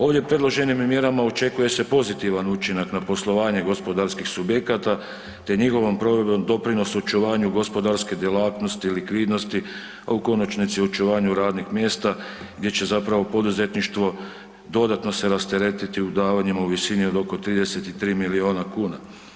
Ovdje predloženim mjerama očekuje se pozitivan učinak na poslovanje gospodarskih subjekata te njihovom provedbom doprinos očuvanju gospodarske djelatnosti i likvidnosti a u konačnici očuvanju radnih mjesta gdje će zapravo poduzetništvo dodatno se rasteretiti u davanjima u visini od oko 33 milijuna kuna.